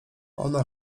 ona